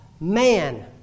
man